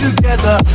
Together